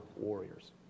warriors